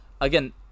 again